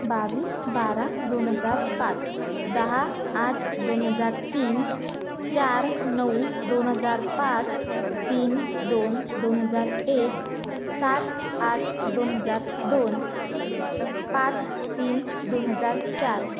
बावीस बारा दोन हजार पाच दहा आठ दोन हजार तीन चार नऊ दोन हजार पाच तीन दोन दोन हजार एक सात आठ दोन हजार दोन पाच तीन दोन हजार चार